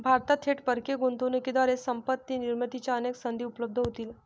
भारतात थेट परकीय गुंतवणुकीद्वारे संपत्ती निर्मितीच्या अनेक संधी उपलब्ध होतील